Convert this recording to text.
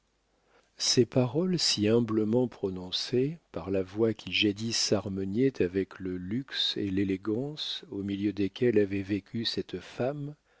ces paroles si humblement prononcées par la voix qui jadis s'harmoniait avec le luxe et l'élégance au milieu desquels avait vécu cette femme